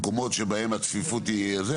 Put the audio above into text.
מקומות שבהם הצפיפות היא זה,